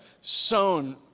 sown